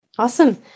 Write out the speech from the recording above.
Awesome